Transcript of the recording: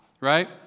right